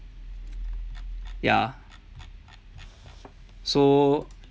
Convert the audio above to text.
ya so